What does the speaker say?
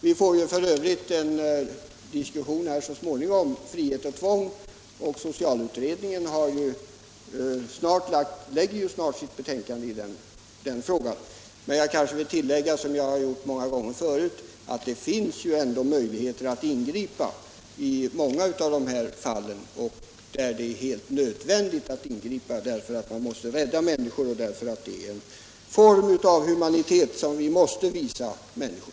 F. ö. får vi ju så småningom en diskussion av utredningen Frihet och tvång, eftersom socialutredningen snart lägger fram sitt betänkande i den frågan. Jag skulle vilja framhålla, som jag har gjort så många gånger tidigare, att det ändå finns möjligheter att ingripa i många av dessa fall. I en del fall är det helt nödvändigt att ingripa därför att man måste rädda människor, och ett ingripande kan vara en form av humanitet som vi måste visa människor.